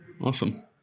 Awesome